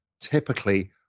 typically